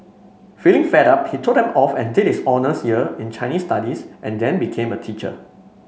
feeling fed up he told them off and did his honours year in Chinese Studies and then became a teacher